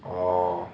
orh